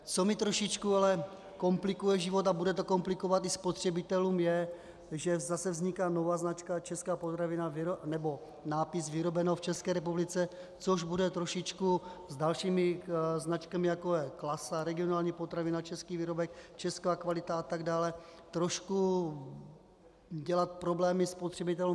Co mi trošičku ale komplikuje život a bude to komplikovat i spotřebitelům, je, že zase vzniká nová značka Česká potravina nebo nápis Vyrobeno v České republice, což bude trošičku s dalšími značkami, jako je Klasa, Regionální potravina, Český výrobek, Česká kvalita atd. trošku dělat problémy spotřebitelům.